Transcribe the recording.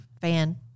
fan